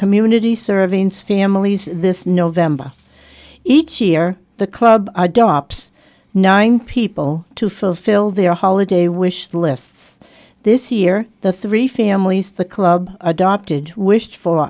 community servings families this november each year the club adopts nine people to fulfill their holiday wish lists this year the three families the club adopted wished for